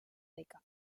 beca